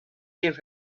give